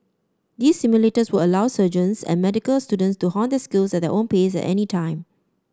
these simulators would allow surgeons and medical student to hone their skills at their own pace at any time